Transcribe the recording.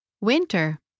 Winter